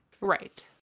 Right